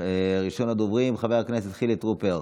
ראשון הדוברים, חבר הכנסת חילי טרופר,